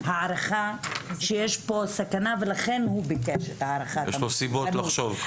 הערכה שיש פה סכנה ולכן הוא ביקש את הערכת המסוכנות.